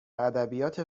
ادبیات